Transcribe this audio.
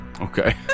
Okay